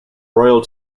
royal